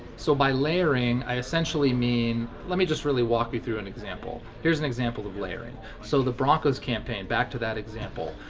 so by layering, i essentially mean. let me just really walk you through an example. here's an example of layering so the bronco's campaign, back to that example.